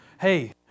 hey